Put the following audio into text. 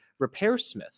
RepairSmith